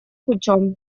путем